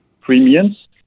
premiums